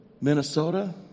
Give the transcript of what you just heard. Minnesota